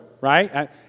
right